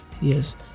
Yes